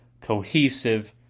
cohesive